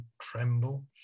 tremble